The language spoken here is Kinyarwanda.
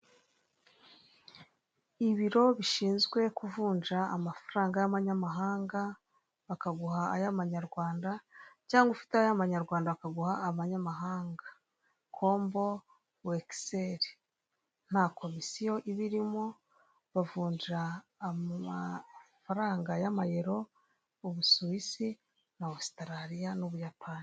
Ibiro bishinzwe kuvunja amafaranga y'amanyamahanga bakaguha ay'amanyarwanda cyangwa ufite ay'amanyarwanda bakaguha amanyamahanga kombo wehiseri nta komisiyo iba irimo. Bavunja amafaranga y'amayero, Ubusuwisi na Ositarariya n'ubuyapani.